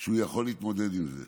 שהוא יכול להתמודד עם זה,